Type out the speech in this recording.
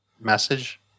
message